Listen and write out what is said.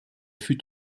fut